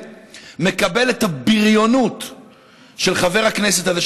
מקבל את הבריונות של חבר הכנסת הזה,